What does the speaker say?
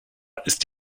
ist